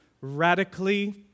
radically